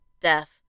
death